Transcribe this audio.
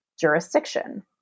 jurisdiction